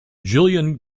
jillian